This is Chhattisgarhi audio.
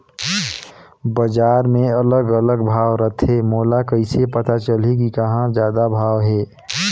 बजार मे अलग अलग भाव रथे, मोला कइसे पता चलही कि कहां जादा भाव हे?